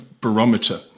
barometer